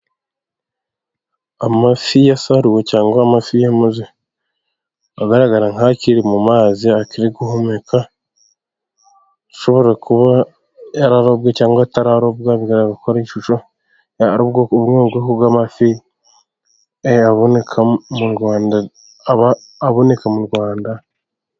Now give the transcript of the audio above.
Amafi ya saruwe cyangwa amafi agaragara nk' akiri mu mazi, akiri guhumeka ashobora kuba yararobwe cyangwa atararobwa kuko ishusho ari nk' ubwoko bw' amafi aboneka mu Rwanda.